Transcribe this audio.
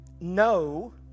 No